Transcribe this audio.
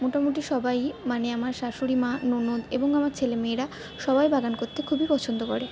মোটামুটি সবাইই মানে আমার শাশুড়ি মা ননদ এবং আমার ছেলেমেয়েরা সবাই বাগান করতে খুবই পছন্দ করে